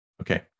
Okay